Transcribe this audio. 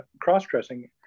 cross-dressing